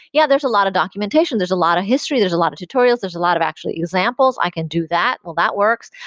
yeah, there's a lot of documentation. there's a lot of history. there's a lot of tutorials. there's a lot of, actually, examples. i can do that. well, that works.